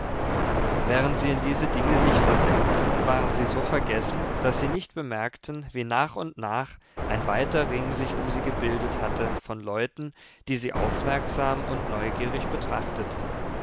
während sie in diese dinge sich versenkten waren sie so vergessen daß sie nicht bemerkten wie nach und nach ein weiter ring sich um sie gebildet hatte von leuten die sie aufmerksam und neugierig betrachteten